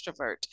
extrovert